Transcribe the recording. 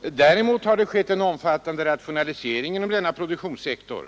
Däremot har det skett en omfattande rationalisering inom denna produktionssektor.